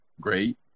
great